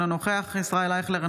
אינו נוכח ישראל אייכלר,